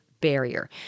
barrier